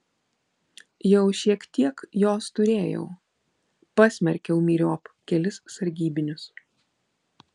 jau šiek tiek jos turėjau pasmerkiau myriop kelis sargybinius